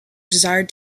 desired